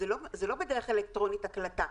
זה לא בדרך אלקטרונית הקלטה.